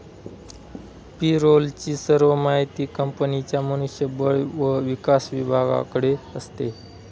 पे role ची सर्व माहिती कंपनीच्या मनुष्य बळ व विकास विभागाकडे असते